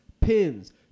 pins